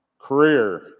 career